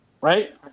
right